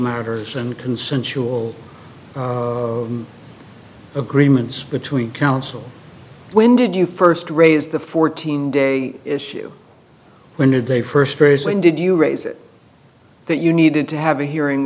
matters and consensual agreements between counsel when did you first raise the fourteen day issue when did they first raise when did you raise it that you needed to have a hearing